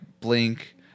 Blink